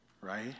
right